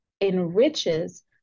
enriches